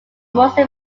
mostly